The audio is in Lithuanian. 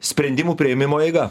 sprendimų priėmimo eiga